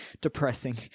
depressing